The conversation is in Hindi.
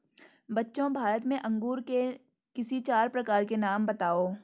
बच्चों भारत में अंगूर के किसी चार प्रकार के नाम बताओ?